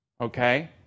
Okay